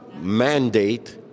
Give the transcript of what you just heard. mandate